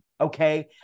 Okay